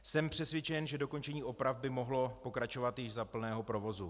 Jsem přesvědčen, že dokončení oprav by mohlo pokračovat již za plného provozu.